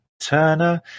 Turner